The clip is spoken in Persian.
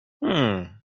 هومممم